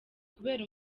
kubera